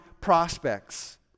prospects